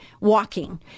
walking